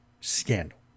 scandal